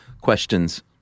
questions